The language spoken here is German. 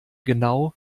genau